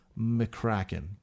McCracken